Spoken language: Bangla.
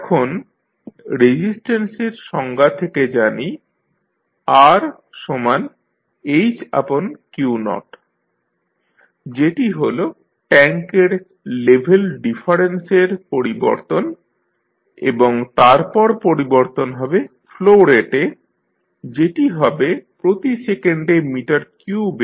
এখন রেজিসট্যান্সের সংজ্ঞা থেকে জানি Rhq0 যেটি হল ট্যাঙ্কের লেভেল ডিফারেন্সের পরিবর্তন এবং তারপর পরিবর্তন হবে ফ্লো রেটে যেটি হবে প্রতি সেকেন্ডে মিটার কিউব এ